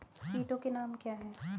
कीटों के नाम क्या हैं?